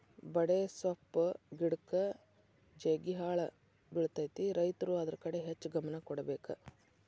ಬಡೆಸ್ವಪ್ಪ್ ಗಿಡಕ್ಕ ಜೇಗಿಬಾಳ ಬಿಳತೈತಿ ರೈತರು ಅದ್ರ ಕಡೆ ಹೆಚ್ಚ ಗಮನ ಕೊಡಬೇಕ